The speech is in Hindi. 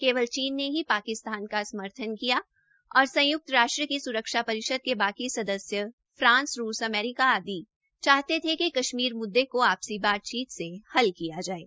केवल चीन ने ही पाकिस्तान का समर्थन किया और संयुक्त राष्ट्र की सुरक्षा परिषद के बाकी सदस्यों फ़ांस रूस अमेरिका आदि चाहते थे कि कश्मीर मुद्दे को आपसी बातचीत से हल किया जाये